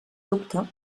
dubte